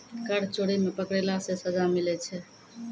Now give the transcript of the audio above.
कर चोरी मे पकड़ैला से सजा मिलै छै